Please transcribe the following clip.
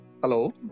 Hello